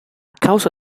causa